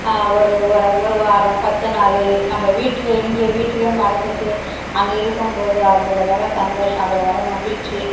ஒரு ஒரு ஒரு வாரம் பத்துநாள் நம்ம வீட்டில் இங்கே வீட்டையே மறந்துவிட்டு அங்கே இருக்கும் போது அதில் வர சந்தோஷம் அதில் வர மகிழ்ச்சி